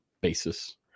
basis